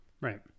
Right